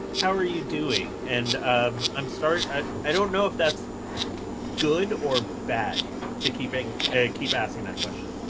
how are you doing? and um i'm start i don't know if that's good or bad to keeping a keep asking that question.